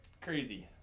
crazy